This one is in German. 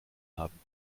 haben